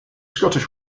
scottish